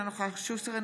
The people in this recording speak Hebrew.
אינה נוכחת אלון שוסטר,